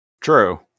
True